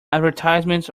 advertisements